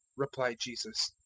replied jesus.